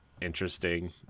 interesting